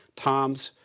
toms,